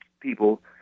people